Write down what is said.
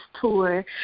tour